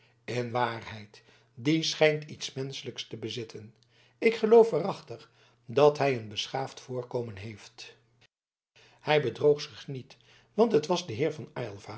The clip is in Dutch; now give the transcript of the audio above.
in waarheid die schijnt iets menschelijks te bezitten ik geloof waarachtig dat hij een beschaafd voorkomen heeft hij bedroog zich niet want het was de heer van